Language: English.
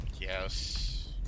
Yes